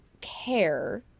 care